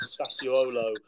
Sassuolo